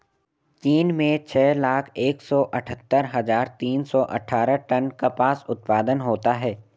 चीन में छह लाख एक सौ अठत्तर हजार तीन सौ अट्ठारह टन कपास उत्पादन होता है